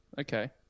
Okay